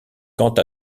quant